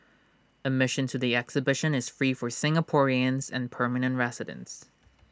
admission to the exhibition is free for Singaporeans and permanent residents